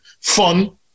fun